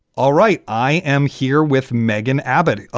all right. i am here with meghan abbott,